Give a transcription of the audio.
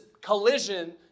collision